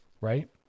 right